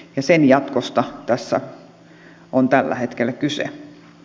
ja sen jatkosta tässä on tällä hetkellä kyse